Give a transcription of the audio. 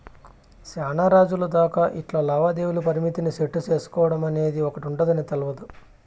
సేనారోజులు దాకా ఇట్లా లావాదేవీల పరిమితిని సెట్టు సేసుకోడమనేది ఒకటుందని తెల్వదు